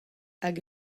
hag